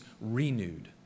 renewed